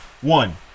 One